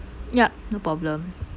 yup no problem